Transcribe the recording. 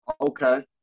Okay